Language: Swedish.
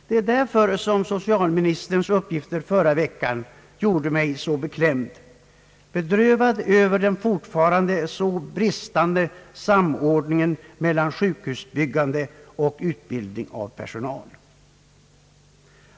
De uppgifter socialministern lämnade förra veckan gjorde mig därför beklämd och bedrövad över den fortfarande så bristande samordningen mellan sjukhusbyggande och utbildning av personal.